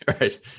right